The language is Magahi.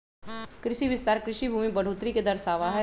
कृषि विस्तार कृषि भूमि में बढ़ोतरी के दर्शावा हई